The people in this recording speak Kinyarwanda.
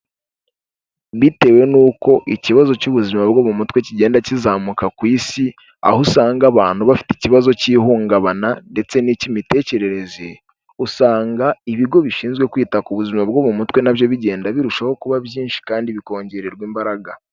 Bitewe n'uko ikibazo cy'ubuzima bwo mu mutwe kigenda kizamuka ku isi, aho usanga abantu bafite ikibazo cy'ihungabana ndetse n'icy'imitekerereze, usanga ibigo bishinzwe kwita ku buzima bwo mu mutwe na byo bigenda birushaho kuba byinshi, kandi bikongererwa imbaraga.